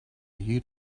you